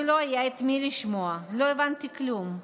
ולא היה את מי לשמוע, לא הבנתי כלום.